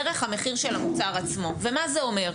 דרך המחיר של המוצר עצמו ומה זה אומר?